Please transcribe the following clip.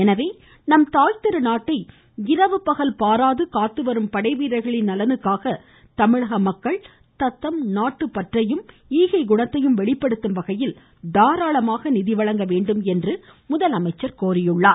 எனவே நம் தாய்திருநாட்டை இரவுபகல் பாராது காத்து வரும் படை வீரர்களின் நலனுக்காக தமிழக மக்கள் தத்தம் நாட்டுப்பற்றையும் ஈகை குணத்தையும் வெளிப்படுத்தும் வகையில் தாராளமாக நிதி வழங்க வேண்டும் என்றும் முதலமைச்சர் கோரியுள்ளார்